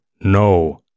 no